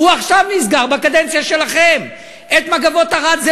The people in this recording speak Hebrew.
הוא מפעל בחצור-הגלילית.